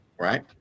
right